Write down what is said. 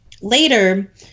later